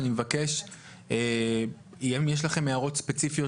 אני מבקש שאם יש לכם הערות ספציפיות